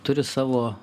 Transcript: turi savo